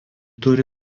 turi